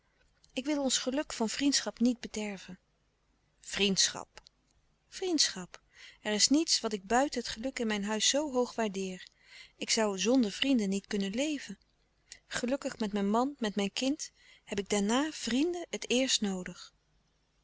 ik wil ons geluk van vriendschap niet bederven vriendschap vriendschap er is niets wat ik buiten het geluk in mijn huis zoo hoog waardeer ik zoû zonder vrienden niet kunnen leven gelukkig met mijn man met mijn kind heb ik daarna vrienden het eerst noodig